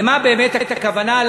למה באמת הכוונה?